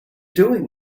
doing